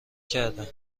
کرده